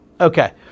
Okay